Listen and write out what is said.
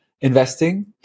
investing